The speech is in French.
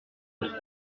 notre